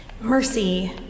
mercy